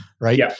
right